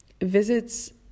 visits